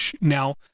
now